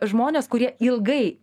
žmonės kurie ilgai